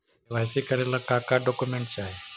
KYC करे ला का का डॉक्यूमेंट चाही?